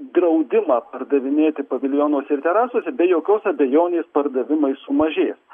draudimą pardavinėti paviljonuose ir terasose be jokios abejonės pardavimai sumažės